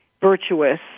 virtuous